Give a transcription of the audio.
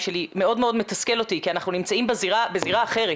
מאוד מתסכל אותי כי אנחנו נמצאים בזירה אחרת.